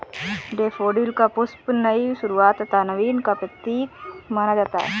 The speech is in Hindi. डेफोडिल का पुष्प नई शुरुआत तथा नवीन का प्रतीक माना जाता है